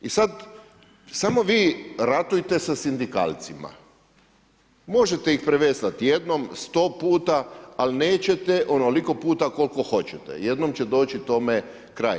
I sada, samo vi ratujte sa sindikalcima, možete ih preveslati jednom, 100 puta, ali nećete onoliko puta koliko hoćete, jednom će doći tome kraj.